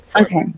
Okay